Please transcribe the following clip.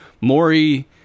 Maury